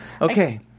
Okay